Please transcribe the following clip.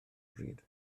bryd